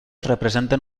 representen